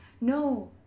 No